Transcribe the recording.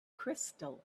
crystal